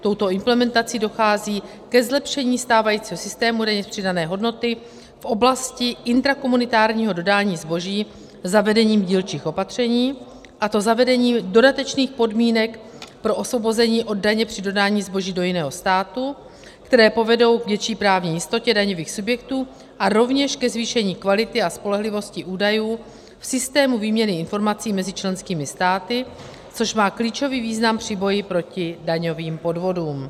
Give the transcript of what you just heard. Touto implementací dochází ke zlepšení stávajícího systému daně z přidané hodnoty v oblasti intrakomunitárního dodání zboží zavedením dílčích opatření, a to zavedením dodatečných podmínek pro osvobození od daně při dodání zboží do jiného státu, které povedou k větší právní jistotě daňových subjektů a rovněž ke zvýšení kvality a spolehlivosti údajů v systému výměny informací mezi členskými státy, což má klíčový význam při boji proti daňovým podvodům;